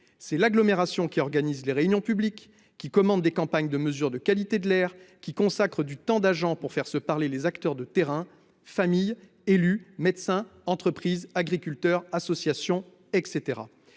C'est l'agglomération qui organise des réunions publiques, qui commande des campagnes de mesures de qualité de l'air, qui demande à ses agents de consacrer du temps pour faire se parler les acteurs de terrain- familles, élus, médecins, entreprises, agriculteurs, associations, etc.